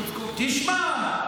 תשמע,